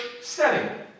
setting